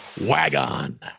Wagon